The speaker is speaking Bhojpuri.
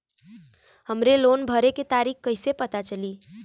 हमरे लोन भरे के तारीख कईसे पता चली?